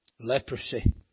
Leprosy